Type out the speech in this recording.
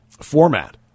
format